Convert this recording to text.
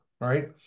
right